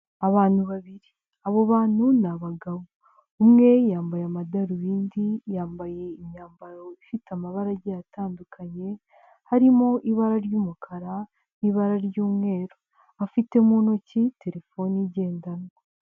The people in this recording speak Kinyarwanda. Abantu babiri, abo bantu ni abagabo, umwe yambaye amadarubindi, yambaye imyambaro ifite amabara agiye atandukanye harimo ibara ry'umukara n'ibara ry'umweru, afite mu ntoki terefoni igendanwa.